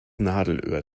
nadelöhr